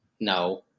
No